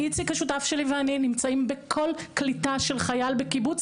איציק השותף שלי ואני נמצאים בכל קליטה של חייל בקיבוץ